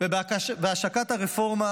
ובהשקת הרפורמה.